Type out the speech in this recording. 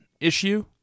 issue